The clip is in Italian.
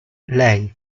lei